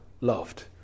loved